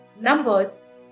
numbers